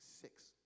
six